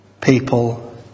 people